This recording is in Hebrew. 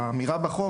האמירה בחוק,